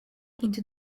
into